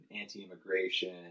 anti-immigration